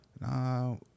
No